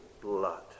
blood